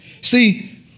See